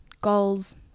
goals